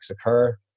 occur